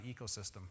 ecosystem